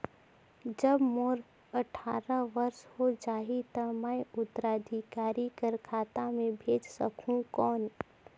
जब मोर अट्ठारह वर्ष हो जाहि ता मैं उत्तराधिकारी कर खाता मे भेज सकहुं कौन?